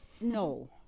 no